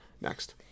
Next